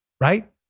right